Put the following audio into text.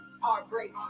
Heartbreak